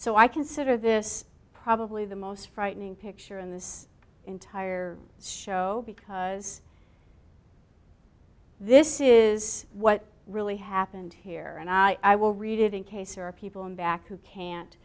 so i consider this probably the most frightening picture in this entire show because this is what really happened here and i i will read it in case there are people in back who can't